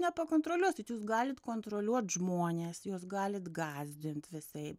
nepakontroliuosit jūs galit kontroliuot žmones juos galite gąsdint visaip